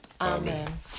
Amen